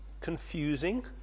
confusing